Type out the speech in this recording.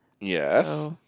yes